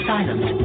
Silence